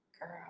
Girl